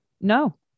No